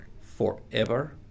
forever